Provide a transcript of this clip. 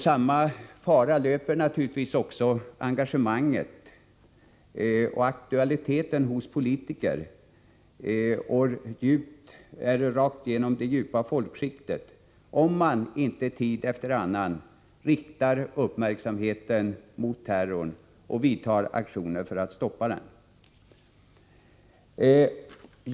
Samma fara löper naturligtvis engagemanget hos politiker och rakt igenom de djupa folkskikten, om man inte tid efter annan riktar uppmärksamheten mot terrorn och vidtar aktioner för att stoppa den.